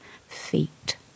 feet